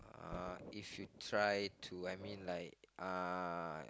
uh if you try to I mean like uh